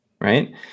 right